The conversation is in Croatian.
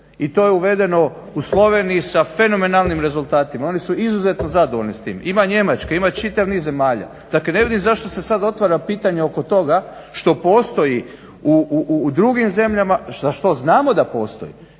I to je uvedeno u Sloveniji sa fenomenalnim rezultatima. Oni su izuzetno zadovoljni s tim. Ima Njemačka, ima čitav niz zemalja. Dakle, ne vidim zašto se sad otvara pitanje oko toga što postoji u drugim zemljama, za što znamo da postoji,